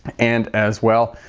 and as well,